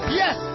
yes